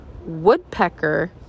Woodpecker